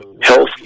health